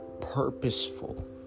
purposeful